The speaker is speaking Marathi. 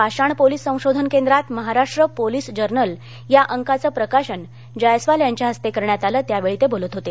पाषाण पोलीस संशोधन केंद्रात महाराष्ट्र पोलीस जर्नल या अंकाचं प्रकाशन जायस्वाल यांच्या इस्ते करण्यात आलं यावेळी ते बोलत होते